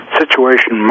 situation